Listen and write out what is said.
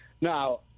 Now